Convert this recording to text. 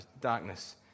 darkness